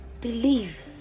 believe